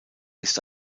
ist